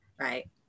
Right